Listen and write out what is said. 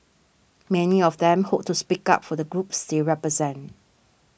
many of them hope to speak up for the groups they represent